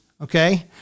Okay